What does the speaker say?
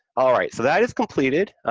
all right, so that is completed.